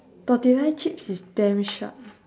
tortilla chips is damn sharp